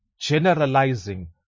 generalizing